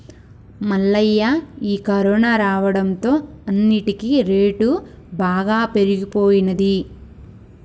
మల్లయ్య ఈ కరోనా రావడంతో అన్నిటికీ రేటు బాగా పెరిగిపోయినది